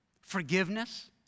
forgiveness